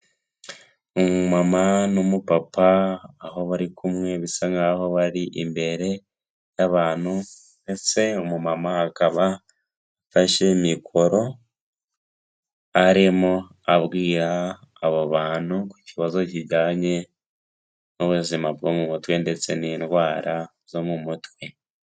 Umumama n'umupapa, aho bari kumwe bisa nkaho bari imbere y'abantu, ndetse umumama akaba afashe mikoro arimo abwira abo bantu ku kibazo kijyanye n'ubuzima bwo mu mutwe, ndetse n'indwara zo mu mutwe.